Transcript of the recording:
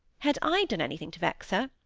had i done anything to vex her?